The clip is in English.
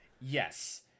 Yes